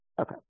Okay